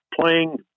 playing